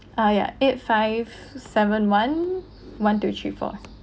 uh yeah eight five seven one one two three four